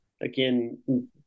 Again